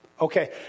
Okay